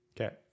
Okay